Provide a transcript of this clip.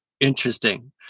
Interesting